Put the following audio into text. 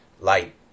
light